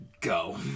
go